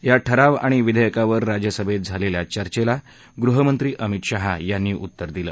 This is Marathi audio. या ठराव आणि विधेयकावर राज्यसभेत झालेल्या चर्चेला गृहमंत्री अमित शहा यांनी उत्तर दिलं